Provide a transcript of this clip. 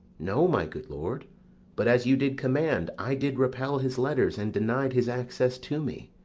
no, my good lord but, as you did command, i did repel his letters and denied his access to me.